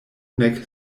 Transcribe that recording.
nek